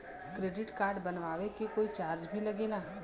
Credit card बनवावे के कोई चार्ज भी लागेला?